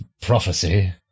prophecy